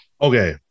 okay